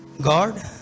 God